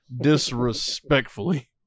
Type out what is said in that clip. disrespectfully